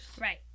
Right